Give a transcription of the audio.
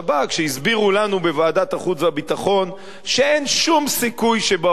שהסבירו לנו בוועדת החוץ והביטחון שאין שום סיכוי שבעולם